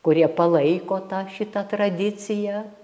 kurie palaiko tą šitą tradiciją